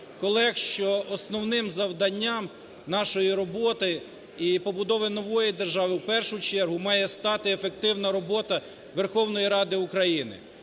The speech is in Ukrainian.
що основним завданням нашої роботи і побудови нової держави, в першу чергу має стати ефективна робота Верховної Ради України.